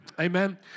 amen